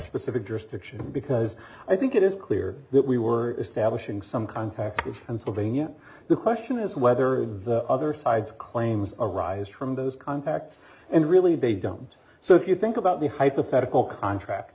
specific jurisdiction because i think it is clear that we were establishing some contacts and solving it the question is whether the other side's claims arise from those contacts and really they don't so if you think about the hypothetical contract